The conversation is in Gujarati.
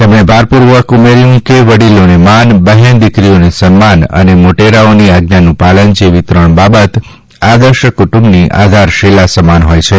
તેમણે ભારપૂર્વક ઉમેર્યું હતું કે વડીલોને માન બહેન દિકરીઓને સન્માન અને મોટેરાઓની આજ્ઞાનું પાલન જેવી ત્રણ બાબત આદર્શ ક્રટુંબની આધારશિલા સમાન હોય છે